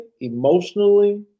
emotionally